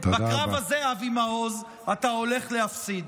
בקרב הזה, אבי מעוז, אתה הולך להפסיד.